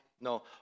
no